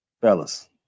Fellas